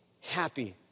happy